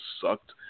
sucked